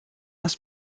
das